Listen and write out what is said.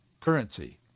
currency